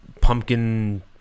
pumpkin